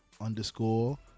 Underscore